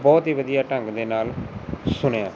ਬਹੁਤ ਹੀ ਵਧੀਆ ਢੰਗ ਦੇ ਨਾਲ ਸੁਣਿਆ